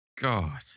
God